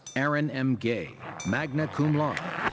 aaron m. gay, magna cum laude.